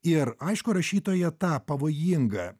ir aišku rašytoja tą pavojingą